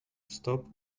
stop